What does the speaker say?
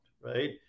right